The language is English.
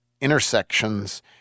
intersections